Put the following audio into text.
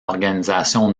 organisation